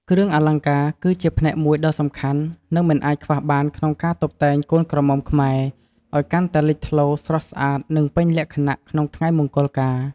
គ្រឿងអលង្ការគឺជាផ្នែកមួយដ៏សំខាន់ និងមិនអាចខ្វះបានក្នុងការតុបតែងកូនក្រមុំខ្មែរ ឲ្យកាន់តែលេចធ្លោ ស្រស់ស្អាត និងពេញលក្ខណៈក្នុងថ្ងៃមង្គលការ។